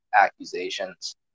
accusations